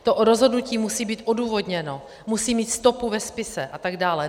To rozhodnutí musí být odůvodněno, musí mít stopu ve spise atd.